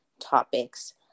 topics